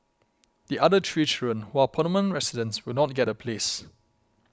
the other three children who are permanent residents will not get a place